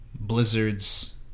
Blizzard's